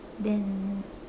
then